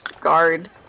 guard